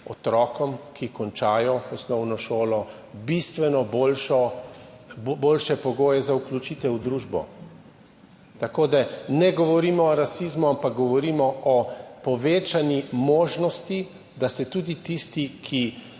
otrokom, ki končajo osnovno šolo, bistveno boljše pogoje za vključitev v družbo, tako da ne govorimo o rasizmu, ampak govorimo o povečani možnosti, da se tudi tiste, ki